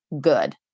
good